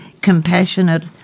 compassionate